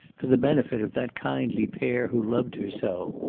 for the benefit of that kindly pair who loved her so.